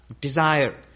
Desire